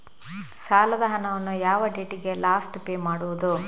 ಸಾಲದ ಹಣವನ್ನು ಯಾವ ಡೇಟಿಗೆ ಲಾಸ್ಟ್ ಪೇ ಮಾಡುವುದು?